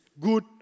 good